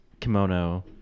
kimono